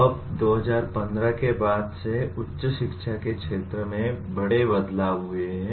अब 2015 के बाद से उच्च शिक्षा के क्षेत्र में बड़े बदलाव हुए हैं